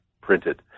printed